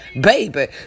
baby